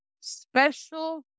Special